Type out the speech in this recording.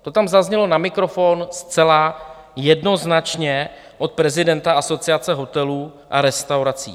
To tam zaznělo na mikrofon zcela jednoznačně od prezidenta Asociace hotelů a restaurací.